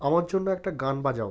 আমার জন্য একটা গান বাজাও